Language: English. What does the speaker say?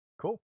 Cool